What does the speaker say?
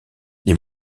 les